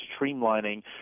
streamlining